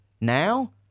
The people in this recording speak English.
Now